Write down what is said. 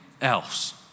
else